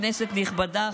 כנסת נכבדה,